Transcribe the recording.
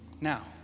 Now